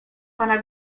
pana